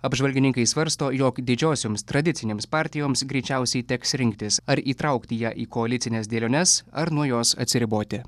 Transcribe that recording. apžvalgininkai svarsto jog didžiosioms tradicinėms partijoms greičiausiai teks rinktis ar įtraukti ją į koalicines dėliones ar nuo jos atsiriboti